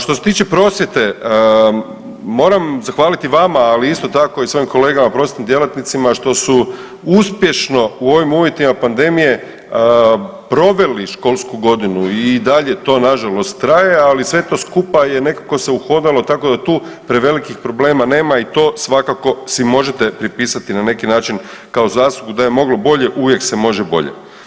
Što se tiče prosvjete, moram zahvaliti vama, ali isto tako i svojim kolegama prosvjetnim djelatnicima što su uspješno u ovim uvjetima pandemije proveli školsku godinu i dalje to nažalost traje, ali sve to skupa je nekako se uhodalo tako da tu prevelikih problema nema i to svakako si možete pripisati na neki način kao zaslugu da je moglo bolje uvijek se može bolje.